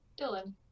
Dylan